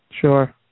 Sure